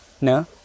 No